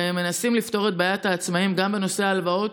ומנסים לפתור את בעיית העצמאים גם בנושא ההלוואות